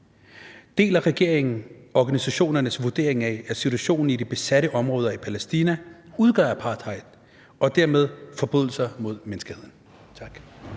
deler regeringen organisationernes vurdering af, at situationen i de besatte områder i Palæstina udgør apartheid og dermed forbrydelser mod menneskeheden?